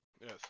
Yes